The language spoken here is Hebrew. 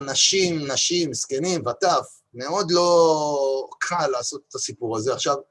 אנשים, נשים, זקנים וטף, מאוד לא קל לעשות את הסיפור הזה עכשיו.